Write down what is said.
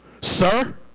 sir